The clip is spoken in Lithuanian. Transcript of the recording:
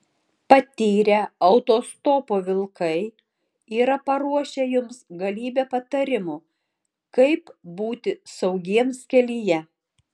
patyrę autostopo vilkai yra paruošę jums galybę patarimų kaip būti saugiems kelyje